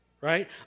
Right